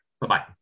Bye-bye